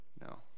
No